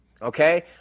Okay